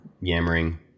yammering